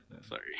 sorry